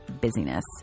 busyness